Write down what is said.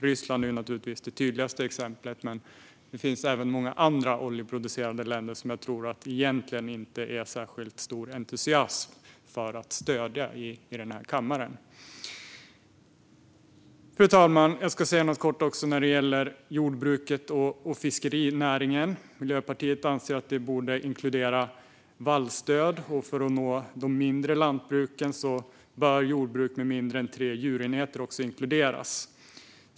Ryssland är naturligtvis det tydligaste exemplet, men det finns även många andra oljeproducerande länder som jag inte tror att entusiasmen är särskilt stor i denna kammare för att stödja. Fru talman! Jag ska också säga någonting kort om jordbruket och fiskerinäringen. Miljöpartiet anser att stödet borde inkludera vallstöd, och för att nå de mindre lantbruken bör också jordbruk med mindre än tre djurenheter inkluderas.